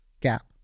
gap